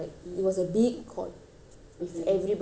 with everybody like a good twenty thirty people